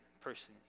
person